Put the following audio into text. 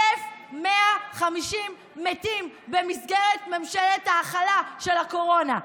1,150 מתים במסגרת ממשלת ההכלה של הקורונה,